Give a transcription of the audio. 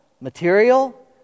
material